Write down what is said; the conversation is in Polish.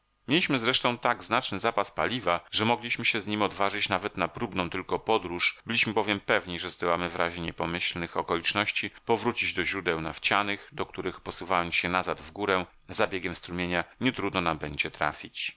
mieliśmy zresztą tak znaczny zapas paliwa że mogliśmy się z nim odważyć nawet na próbną tylko podróż byliśmy bowiem pewni że zdołamy w razie niepomyślnych okoliczności powrócić do źródeł nafcianych do których posuwając się nazad w górę za biegiem strumienia nie trudno nam będzie trafić